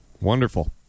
Wonderful